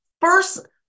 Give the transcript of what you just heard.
First